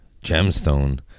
gemstone